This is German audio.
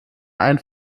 ein